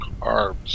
carbs